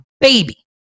baby